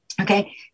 Okay